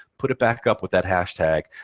put it back up with that hashtag.